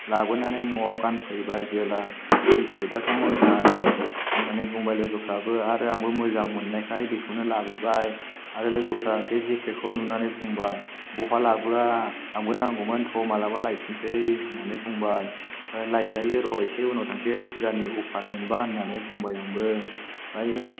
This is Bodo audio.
लाबोनानै न'आव गानफैबाय जेब्ला जेकेटाथ' मोजांआनो होननानै बुंबाय लोगोफ्राबो आंबो मोजां मोननायखाय बेखौनो लाबोबाय आरो लोगोफोरा बे जेकेटखौ नुनानै बुंबाय बहा लाबोआ आंनोबो नांगौमोन थौ मालाबा लायफिननोसै होननानै बुंबाय लायजायो र' इसे उनाव थांसै फुजानि अफार मोनबा होननानै बुंबाय आंबो ओमफ्रायो